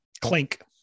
Clink